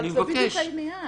אבל זה בדיוק העניין.